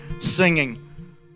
singing